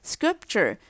Scripture